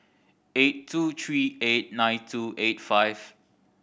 eight two three eight nine two eight five